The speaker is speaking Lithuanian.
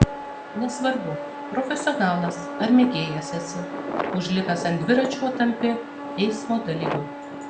nesvarbu profesionalas ar mėgėjas esi užlipęs ant dviračio tampi eismo dalyviu